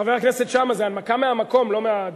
חבר הכנסת שאמה, זה הנמקה מהמקום, לא מהדוכן.